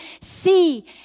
see